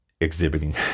Exhibiting